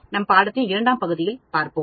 நம் பாடத்தின் இரண்டாம் பகுதியில் பார்ப்போம்